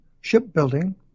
Shipbuilding